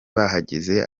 bahagaze